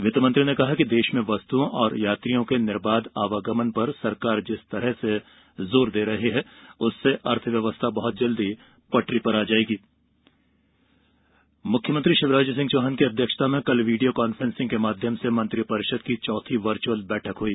वित्तमंत्री ने कहा कि देश में वस्तुओं और यात्रियों के निर्बाध आवागमन पर सरकार जिस तरह से जोर दे रही है उससे अर्थव्यवस्था बहुत जल्द पटरी पर आ जाएगी मंत्रिपरिषद बैठक मुख्यमंत्री शिवराज सिंह चौहान की अध्यक्षता में कल वीडियो कांफ्रेंसिंग के माध्यम से मंत्रि परिषद की चौथी वर्चुअल बैठक हुई